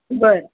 बरं